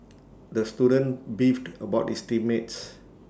the student beefed about his team mates